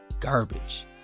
garbage